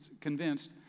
convinced